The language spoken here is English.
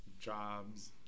jobs